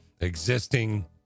existing